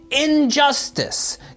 injustice